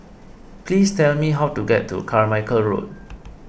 please tell me how to get to Carmichael Road